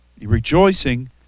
rejoicing